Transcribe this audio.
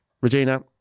regina